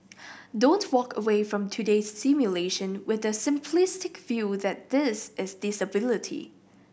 don't walk away from today's simulation with the simplistic view that this is disability